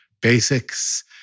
basics